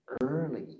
early